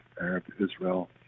Arab-Israel